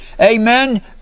amen